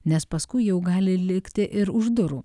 nes paskui jau gali likti ir už durų